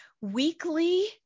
weekly